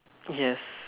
yes